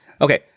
Okay